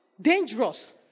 Dangerous